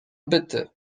byty